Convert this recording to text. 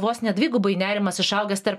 vos ne dvigubai nerimas išaugęs tarp